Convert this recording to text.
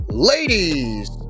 Ladies